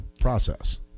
process